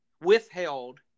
withheld